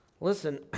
Listen